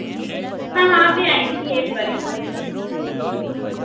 हां हां मैं आए दी ही इक बारी उद्धर